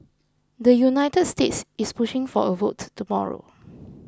the United States is pushing for a vote tomorrow